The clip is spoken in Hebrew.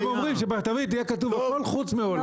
הם אומרים שבתווית יהיה כתוב הכול חוץ מהולנד.